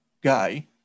guy